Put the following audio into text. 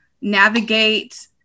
navigate